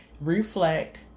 reflect